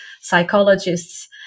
psychologists